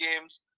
games